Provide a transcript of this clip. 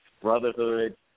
brotherhood